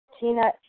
Tina